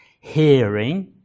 hearing